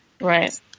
right